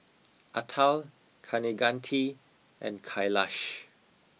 Atal Kaneganti and Kailash